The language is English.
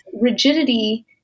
rigidity